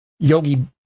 Yogi